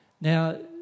Now